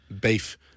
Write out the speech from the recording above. Beef